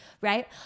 right